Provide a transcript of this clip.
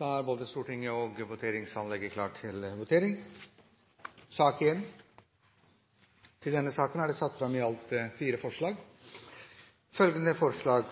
Da er Stortinget klar til votering. Under debatten er det satt fram i alt fire forslag. Det er forslag